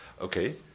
okay?